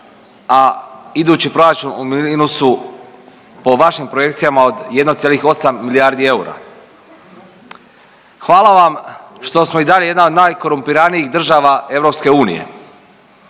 a idući proračun u minusu po vašim projekcijama od 1,8 milijardi eura. Hvala vam što smo i dalje jedna od najkorumpiranijih država EU.